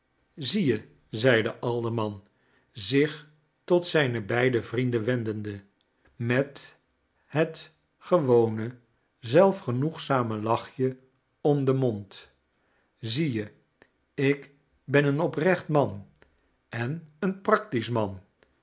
zie je zei de alderman zich tot zijne beide vrienden wendende met het gewone zelfgenoegzame lachje om den mond zie je ik ben een oprecht man en een practisch man